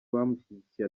bamushyigikiye